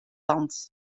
land